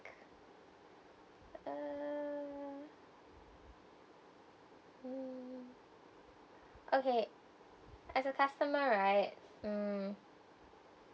uh mm okay as a customer right mm